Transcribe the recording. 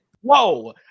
Whoa